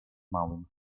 małym